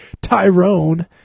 Tyrone